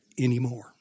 anymore